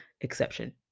exception